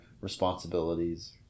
responsibilities